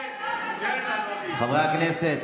30,000 חיילות משרתות בצה"ל, חברי הכנסת,